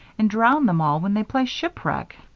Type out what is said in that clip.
and drown them all when they play shipwreck.